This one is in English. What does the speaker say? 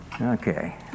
okay